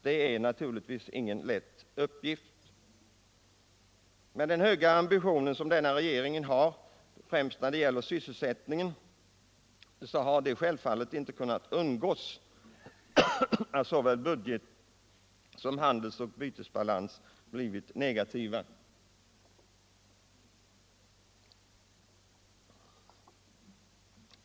Den uppgiften är inte lätt, och med den höga ambition som denna regering har främst när det gäller sysselsättningen har det heller inte kunnat undvikas att såväl budget som handels och bytesbalans blivit negativa.